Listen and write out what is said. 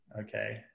okay